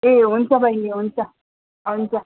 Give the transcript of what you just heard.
ए हुन्छ बहिनी हुन्छ हुन्छ